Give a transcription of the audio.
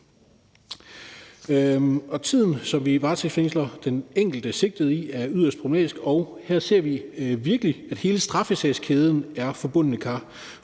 Tiden, som vi varetægtsfængsler den enkelte sigtede i, er yderst problematisk, og her ser vi virkelig, at hele straffesagskæden er forbundne kar.